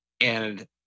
And-